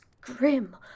grim